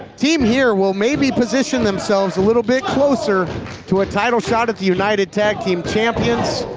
team here will maybe position themselves a little bit closer to a title shot at the united tag team champions,